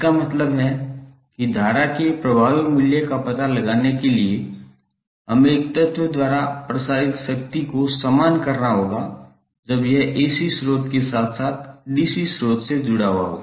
इसका मतलब है कि धारा के प्रभावी मूल्य का पता लगाने के लिए हमें एक तत्व द्वारा प्रसारित शक्ति को समान करना होगा जब यह AC स्रोत के साथ साथ DC स्रोत से जुड़ा हो